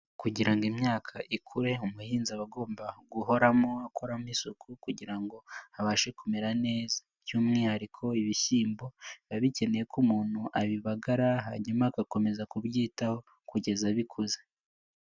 Kugira ngo imyaka ikure umuhinzi aba agomba guhoramo akoramo isuku kugira ngo abashe kumera neza, by'umwihariko ibishyimbo biba bikeneye ko umuntu abibagara hanyuma agakomeza kubyitaho kugeza bikuze.